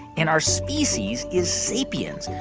and our species is sapiens.